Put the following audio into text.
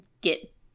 get